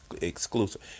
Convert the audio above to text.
exclusive